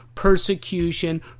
persecution